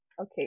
Okay